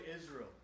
Israel